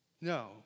No